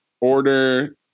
order